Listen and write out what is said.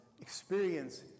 experience